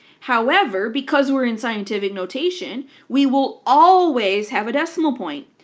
however, because we're in scientific notation, we will always have a decimal point.